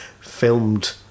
filmed